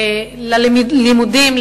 ללימודים,